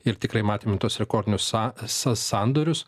ir tikrai matėm tuos rekordinius sa s sandorius